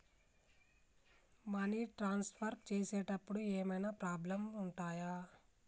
Money transfer చేసేటప్పుడు ఏమైనా problems ఉంటయా?